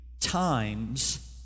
times